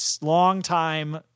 long-time